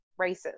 Racist